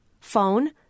phone